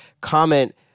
Comment